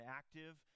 active